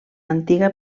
antiga